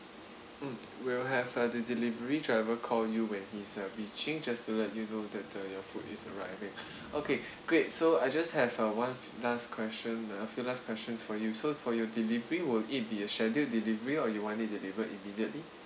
mm we'll have uh the delivery driver call you when he's uh reaching just to let you know that uh your food is arriving okay great so I just have uh one last question uh few last questions for you so for your delivery will it be a scheduled delivery or you want delivered immediately